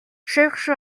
cherche